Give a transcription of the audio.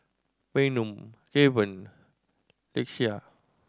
Bynum Kevan Lakeshia